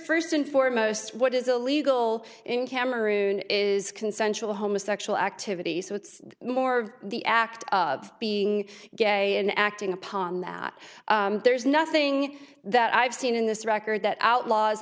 first and foremost what is illegal in cameroon is consensual homosexual activity so it's more the act of being gay and acting upon that there's nothing that i've seen in this record that outlaws